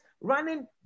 running